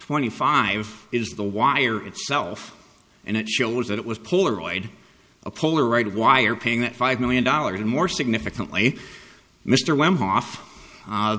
twenty five is the wire itself and it shows that it was polaroid a polaroid why are paying that five million dollars and more significantly mr when hoff